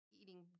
eating